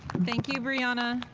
thank you, briana.